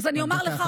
אז אני רק אומר לך,